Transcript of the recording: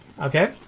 Okay